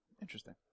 Interesting